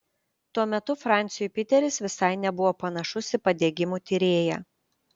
tuo metu franciui piteris visai nebuvo panašus į padegimų tyrėją